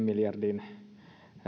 miljardin